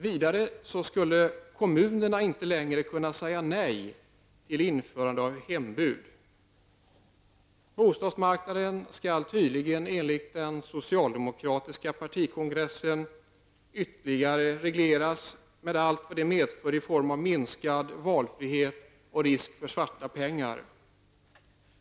Vidare skall kommunerna inte längre kunna säga nej till införande av hembud. Avsikten tycks också vara att de privata bostadsrättsföreningarna ska ges möjlighet att införa hembudsskyldighet. Det vore utomordentligt olyckligt om den redan starkt reglerade bostadsmarknaden skulle drabbas av ytterligare planekonomiska påbud. Dagens bostadspolitik främjar köer och svarta pengar.